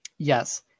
Yes